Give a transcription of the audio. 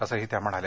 असंही त्या म्हणाल्या